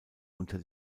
unter